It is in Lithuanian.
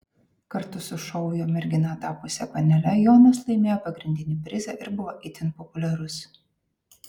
kartu su šou jo mergina tapusia panele jonas laimėjo pagrindinį prizą ir buvo itin populiarus